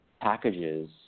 packages